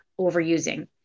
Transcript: overusing